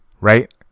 Right